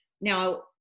now